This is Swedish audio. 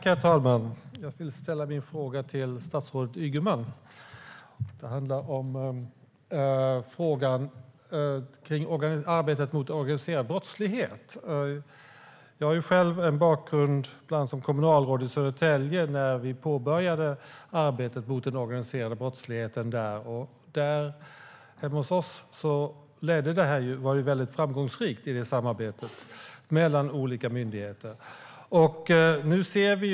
Herr talman! Jag vill ställa min fråga till statsrådet Ygeman. Den handlar om arbetet mot organiserad brottslighet. Jag har själv en bakgrund bland annat som kommunalråd i Södertälje när vi påbörjade arbetet mot den organiserade brottsligheten. Det samarbetet mellan olika myndigheter hemma hos oss var mycket framgångsrikt.